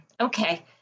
okay